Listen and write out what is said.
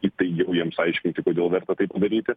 įtaigiau jiems aiškinti kodėl verta tai padaryti